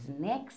next